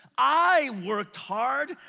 i worked hard.